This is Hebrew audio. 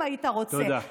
אם היית רוצה,